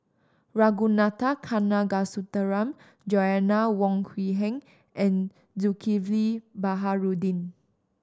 Ragunathar Kanagasuntheram Joanna Wong Quee Heng and Zulkifli Baharudin